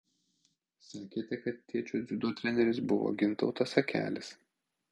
sakėte kad tėčio dziudo treneris buvo gintautas akelis